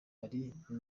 ariko